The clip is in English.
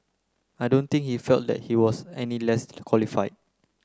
I don't think he felt that he was any qualified